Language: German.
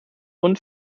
und